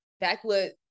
backwood